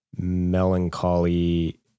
Melancholy